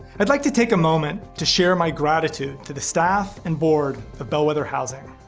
i'd like to take a moment to share my gratitude to the staff and board of bellwether housing.